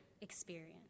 experience